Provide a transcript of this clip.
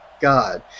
God